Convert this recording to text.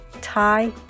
Thai